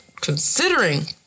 considering